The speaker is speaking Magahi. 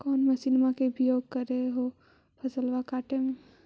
कौन मसिंनमा के उपयोग कर हो फसलबा काटबे में?